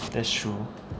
that's true